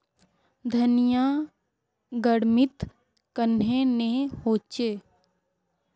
धनिया गर्मित कन्हे ने होचे?